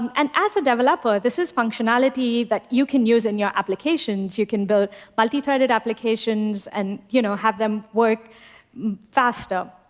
and as a developer, this is functionality that you can use in your applications. you can build multithreaded applications and you know have them work faster.